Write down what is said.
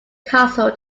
castle